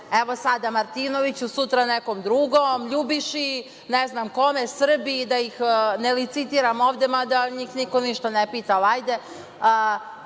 evo sada Martinoviću, sutra nekom drugom LJubiši, ne znam kome, Srbi, da ih ne licitiram mada njih niko ništa ne pita ali